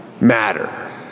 matter